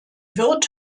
wird